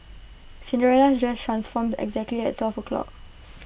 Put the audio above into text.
Cinderella's dress transformed exactly at twelve o'clock